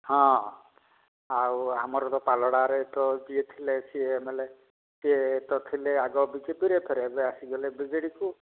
ହଁ ଆଉ ଆମର ତ ପାଲଡ଼ାରେ ତ ଯିଏ ଥିଲେ ସିଏ ଏମ ଏଲ ଏ ସିଏ ତ ଥିଲେ ଆଗ ବି ଜେ ପି ଫେରେ ଏବେ ଆସିଗଲେ ବିଜେଡିକୁ